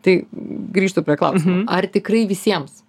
tai grįžtu prie klausimo ar tikrai visiems